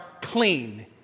clean